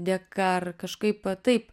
dėka ar kažkaip taip